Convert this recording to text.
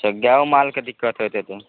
अच्छा गायो मालके दिक़्क़त होइ छै तऽ